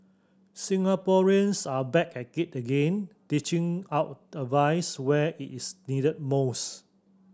Singaporeans are back at it again dishing out advice where it is needed most